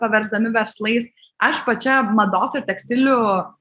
paversdami verslais aš pačia mados ir tekstilių